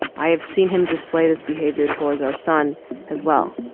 i have seen him display this behavior towards our son as well.